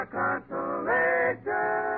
consolation